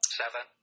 seven